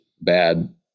bad